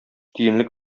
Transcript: тиенлек